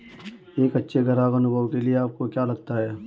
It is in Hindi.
एक अच्छे ग्राहक अनुभव के लिए आपको क्या लगता है?